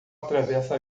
atravessa